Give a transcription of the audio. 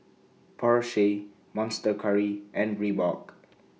Porsche Monster Curry and Reebok